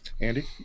Andy